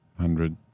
hundred